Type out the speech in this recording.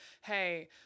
hey